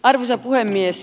arvoisa puhemies